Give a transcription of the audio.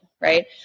right